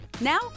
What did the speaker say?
Now